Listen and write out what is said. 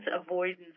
avoidance